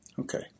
Okay